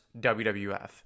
WWF